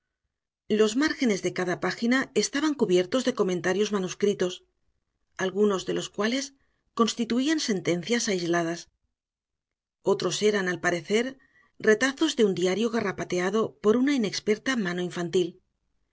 los márgenes de cada página estaban cubiertos de comentarios manuscritos algunos de los cuales constituían sentencias aisladas otros eran al parecer retazos de un diario garrapateado por una inexperta mano infantil